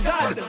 God